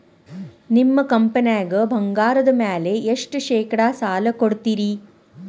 ನಿಮ್ಮ ಕಂಪನ್ಯಾಗ ಬಂಗಾರದ ಮ್ಯಾಲೆ ಎಷ್ಟ ಶೇಕಡಾ ಸಾಲ ಕೊಡ್ತಿರಿ?